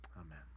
Amen